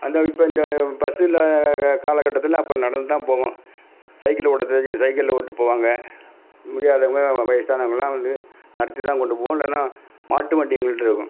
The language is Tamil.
அந்த இப்போ இந்த பஸ்ஸுல் கா காலகட்டத்தில் அப்போ நடந்துதான் போவோம் சைக்கிள் ஓட்டத்தெரிஞ்சவங்க சைக்கிளில் ஓட்டு போவாங்க முடியாதவங்க வய வயசானவங்கலாம் வந்து நடத்தி தான் கொண்டு போவோம் இல்லைனா மாட்டு வண்டி எங்கள்கிட்ட இருக்கும்